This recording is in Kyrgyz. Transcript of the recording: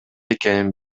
экенин